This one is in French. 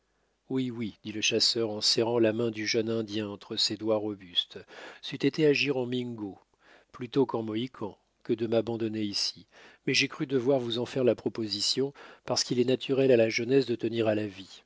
oui oui dit le chasseur en serrant la main du jeune indien entre ses doigts robustes c'eût été agir en mingo plutôt qu'en mohican que de m'abandonner ici mais j'ai cru devoir vous en faire la proposition parce qu'il est naturel à la jeunesse de tenir à la vie